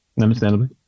Understandably